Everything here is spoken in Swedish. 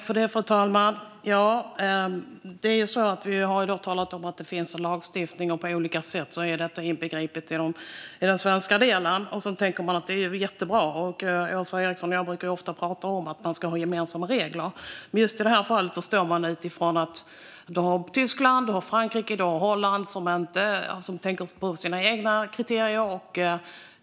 Fru talman! Vi har talat om vad som på olika sätt är inbegripet i den svenska lagstiftningen. Sedan tänker man att det är jättebra. Åsa Eriksson och jag brukar ofta prata om att man ska ha gemensamma regler, men just i det här fallet har vi Tyskland, Frankrike och Holland som tänker på sina egna kriterier.